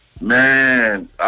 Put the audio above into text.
Man